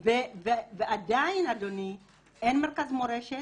נכון, ועדיין אין מרכז מורשת.